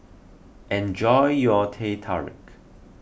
enjoy your Teh Tarik